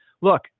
Look